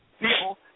people